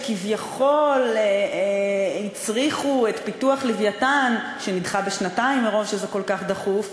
שכביכול הצריכו את פיתוח "לווייתן" שנדחה בשנתיים מרוב שזה כל כך דחוף,